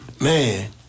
Man